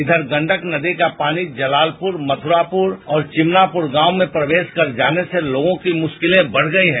इपर गंडक नदी का पानी जलालपुर मकुरपुरा और चिमनापुर गांव में प्रवेश कर जाने से लोगों की मुरिकलें बढ़ गयी है